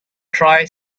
tri